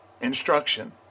instruction